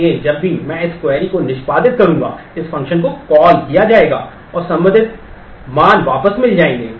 इसलिए जब भी मैं इस क्वेरी को निष्पादित करूंगा इस फ़ंक्शन को कॉल किया जाएगा और संबंधित मान वापस मिल जाएंगे